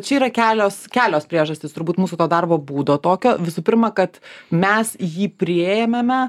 čia yra kelios kelios priežastys turbūt mūsų to darbo būdo tokio visų pirma kad mes jį priėmėme